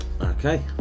Okay